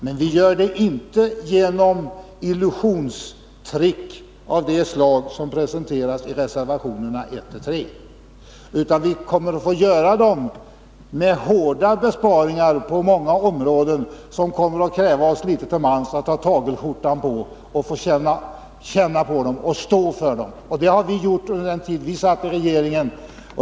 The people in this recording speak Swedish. Men vi kommer inte till rätta med dem genom illusionstrick av det slag som presenteras i reservationerna 1 och 3, utan vi kommer att få göra hårda besparingar på många områden, vilket kommer att kräva att vi litet till mans har tagelskjortan på, känner av besparingarna och står för dem. Det gjorde vi under den tid vi satt i regeringen.